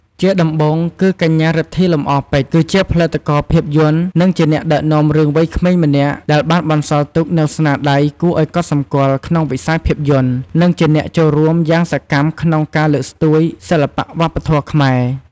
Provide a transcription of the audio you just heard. ជាដំបូងគឺ កញ្ញា រិទ្ធី លំអរពេជ្រ គឺជាផលិតករភាពយន្ត និងជាអ្នកដឹកនាំរឿងវ័យក្មេងម្នាក់ដែលបានបន្សល់ទុកនូវស្នាដៃគួរឲ្យកត់សម្គាល់ក្នុងវិស័យភាពយន្ត និងជាអ្នកចូលរួមយ៉ាងសកម្មក្នុងការលើកស្ទួយសិល្បៈ វប្បធម៌ខ្មែរ។